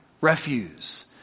refuse